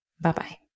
Bye-bye